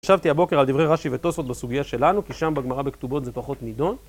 ישבתי הבוקר על דברי רש"י וטוסות בסוגיה שלנו, כי שם בגמרה בכתובות זה פחות נידון.